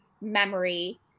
memory